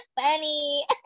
funny